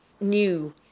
new